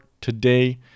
today